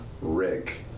Rick